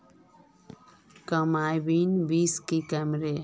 Carbine बीस की कमेर?